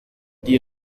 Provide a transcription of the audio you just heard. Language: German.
die